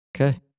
Okay